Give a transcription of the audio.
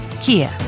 Kia